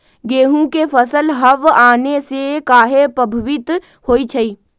गेंहू के फसल हव आने से काहे पभवित होई छई?